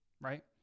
Right